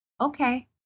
Okay